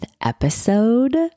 episode